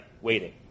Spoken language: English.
waiting